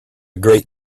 great